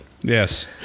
Yes